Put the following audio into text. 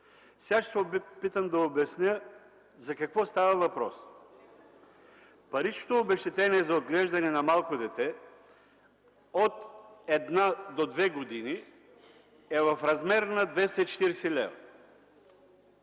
Ще се опитам да обясня за какво става въпрос. Паричното обезщетение за отглеждане на малко дете от една до две години е в размер на 240 лв.